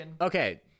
okay